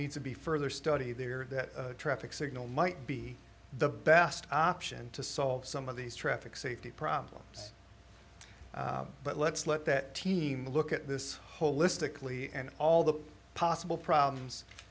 needs to be further study there that traffic signal might be the best option to solve some of these traffic safety problems but let's let that team look at this holistically and all the possible problems